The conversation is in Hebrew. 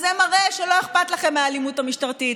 אז זה מראה שלא אכפת לכם מהאלימות המשטרתית.